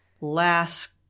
last